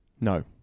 No